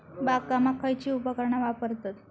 बागकामाक खयची उपकरणा वापरतत?